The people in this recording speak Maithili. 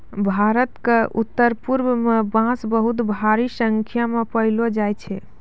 भारत क उत्तरपूर्व म बांस बहुत भारी संख्या म पयलो जाय छै